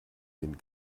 den